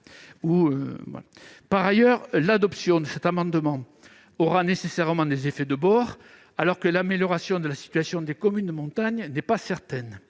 Par ailleurs, l'adoption de cet amendement entraînerait nécessairement des effets de bord, alors que l'amélioration de la situation des communes de montagne n'est pas certaine.